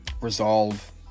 resolve